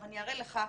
עכשיו אני אראה לך.